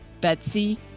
Betsy